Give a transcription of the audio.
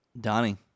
Donnie